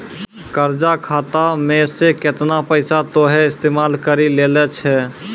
कर्जा खाता मे से केतना पैसा तोहें इस्तेमाल करि लेलें छैं